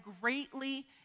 greatly